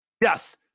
yes